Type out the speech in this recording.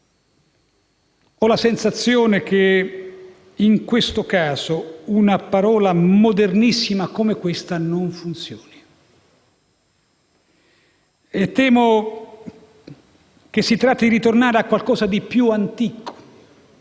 Ho la sensazione che, in questo caso, una parola modernissima come questa non funzioni. Temo che si tratti di tornare a qualcosa di più antico,